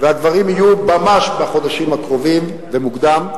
והדברים יהיו ממש בחודשים הקרובים ומוקדם,